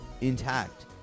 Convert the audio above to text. intact